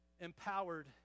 empowered